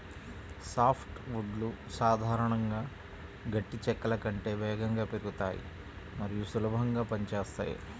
soft వుడ్లు సాధారణంగా గట్టి చెక్కల కంటే వేగంగా పెరుగుతాయి మరియు సులభంగా పని చేస్తాయి